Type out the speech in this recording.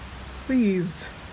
Please